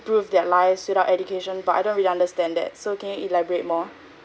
improve their lives without education but I don't really understand that so can you elaborate more